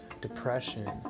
depression